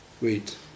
Wait